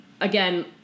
again